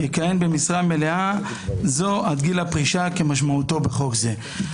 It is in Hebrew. יכהן במשרה מלאה זו עד גיל הפרישה כמשמעותה בחוק זה".